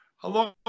Hello